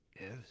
Yes